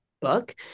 book